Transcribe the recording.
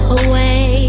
away